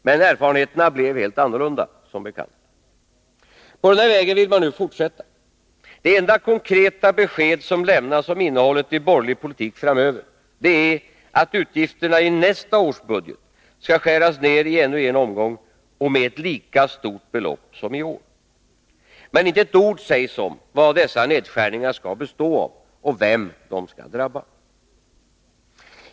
Men erfarenheterna blev helt annorlunda, som bekant. På denna väg vill man nu fortsätta. Det enda konkreta besked som lämnas om innehållet i borgerlig politik framöver är att utgifterna i nästa års budget skall skäras ner i ännu en omgång och med ett lika stort belopp som i år. Men inte ett ord sägs om vad dessa nedskärningar skall bestå av och vem de skall drabba.